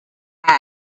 had